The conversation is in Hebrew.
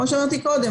כמו שאמרתי קודם,